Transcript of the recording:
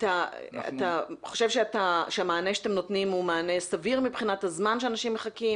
אתה חושב שהמענה שאתם נותנים הוא מענה סביר מבחינת הזמן שאנשים מחכים?